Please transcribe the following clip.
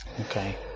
okay